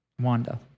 Wanda